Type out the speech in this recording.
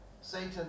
Satan